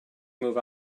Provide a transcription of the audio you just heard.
move